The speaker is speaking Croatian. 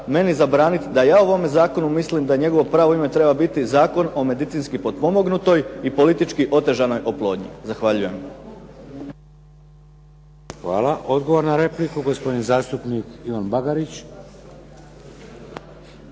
meni zabraniti da ja o ovom zakonu mislim da njegovo pravo ime treba biti Zakon o medicinski potpomognutoj i politički otežanoj oplodnji. Zahvaljuje. **Šeks, Vladimir (HDZ)** Hvala. Odgovor na repliku, gospodin zastupnik Ivan Bagarić.